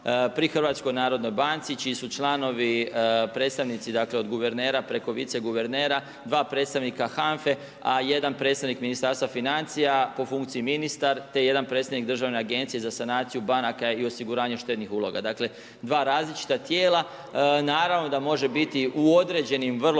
je osnovano pri HNB-u čiji su članovi predstavnici od guvernera preko vice guvernera, 2 predstavnika HANFA-e, a jedan predstavnik Ministarstva financija, po funkciji ministar te jedan predstavnik državne agencije za sanaciju banaka i osiguranje štednih uloga, dakle dva različita tijela. Naravno da može biti u određenim vrlo